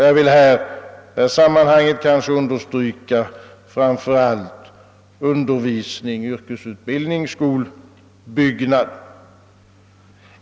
Jag vill i detta sammanhang understryka framför allt behovet av undervisning, yrkesutbildning och skolbyggnad.